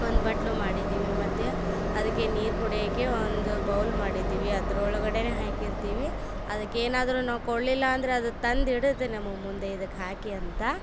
ಒಂದು ಬಟ್ತಲು ಮಾಡಿದ್ದೀವಿ ಮತ್ತೆ ಅದಕ್ಕೆ ನೀರು ಕುಡಿಯೋಕೆ ಒಂದು ಬೌಲ್ ಮಾಡಿದ್ದೀವಿ ಅದ್ರ ಒಳ್ಗಡೆ ಹಾಕಿರ್ತೀವಿ ಅದಕ್ಕೇನಾದ್ರು ನಾವು ಕೊಡಲಿಲ್ಲ ಅಂದರೆ ಅದು ತಂದು ಇಡುತ್ತೆ ನಮ್ಮ ಮುಂದೆ ಇದಕ್ಕೆ ಹಾಕಿ ಅಂತ